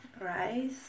rice